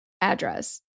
address